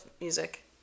music